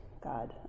God